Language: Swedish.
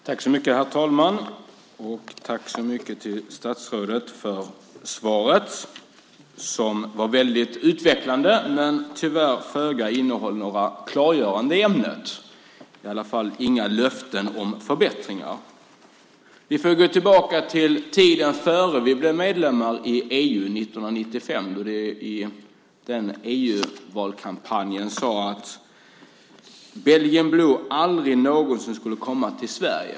Herr talman! Tack så mycket, statsrådet, för svaret! Det var väldigt utvecklande, men det var tyvärr föga klargörande i ämnet. I alla fall fanns det inga löften om förbättringar. Vi får gå tillbaka till tiden innan vi blev medlemmar i EU 1995. I EU-valkampanjen sade man att belgisk blå aldrig någonsin skulle komma till Sverige.